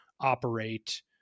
operate